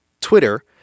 Twitter